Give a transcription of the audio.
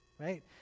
right